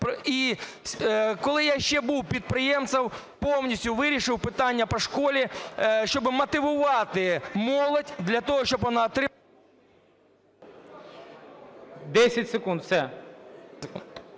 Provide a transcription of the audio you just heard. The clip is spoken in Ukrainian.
І коли я ще був підприємцем, повністю вирішив питання по школі, щоби мотивувати молодь для того, щоби вона… Веде